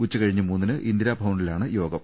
ഉച്ചകഴിഞ്ഞ് മൂന്നിന് ഇന്ദിരാഭവനിലാണ് യോഗം